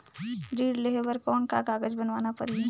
ऋण लेहे बर कौन का कागज बनवाना परही?